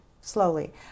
slowly